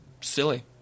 Silly